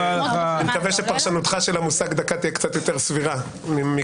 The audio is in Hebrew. אני מקווה שפרשנותך למושג דקה תהיה קצת יותר סבירה מקודמתך.